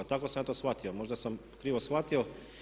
Tako sam ja to shvatio, možda sam krivo shvatio.